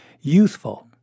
youthful